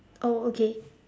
oh okay